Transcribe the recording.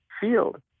field